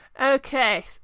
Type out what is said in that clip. Okay